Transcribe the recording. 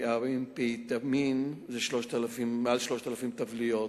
אמפטמין, זה מעל 3,000 טבליות.